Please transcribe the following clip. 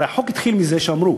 הרי החוק התחיל מזה שאמרו